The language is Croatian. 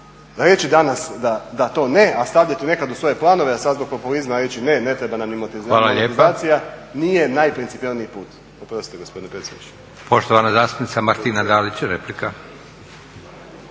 ali reći danas da to ne a stavljati nekad u svoje planove, a sada zbog populizma reći ne, ne treba nam ni monetizacija nije najprincipijelniji put. Oprostite gospodine predsjedniče. **Leko, Josip (SDP)** Hvala lijepa.